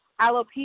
alopecia